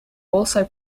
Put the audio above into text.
also